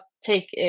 take